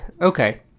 Okay